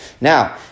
Now